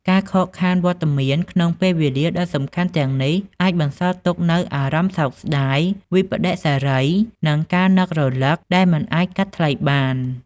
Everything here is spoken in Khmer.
ការខកខានវត្តមានក្នុងពេលវេលាដ៏សំខាន់ទាំងនេះ អាចបន្សល់ទុកនូវអារម្មណ៍សោកស្ដាយ វិប្បដិសារី និងការនឹករលឹកដែលមិនអាចកាត់ថ្លៃបាន។